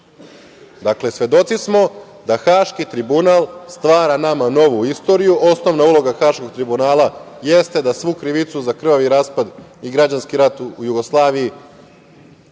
Dakle, svedoci smo da Haški tribunal stvara nama novu istoriju. Osnovna uloga Haškog tribunala jeste da svu krivicu za krvavi raspad i građanski rat u Jugoslaviji